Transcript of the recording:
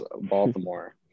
Baltimore